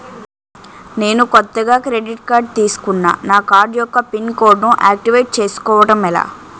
నేను కొత్తగా credit card తిస్కున్నా నా కార్డ్ యెక్క పిన్ కోడ్ ను ఆక్టివేట్ చేసుకోవటం ఎలా?